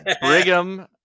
brigham